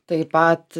taip pat